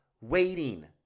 waiting